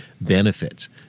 benefits